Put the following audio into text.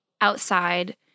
outside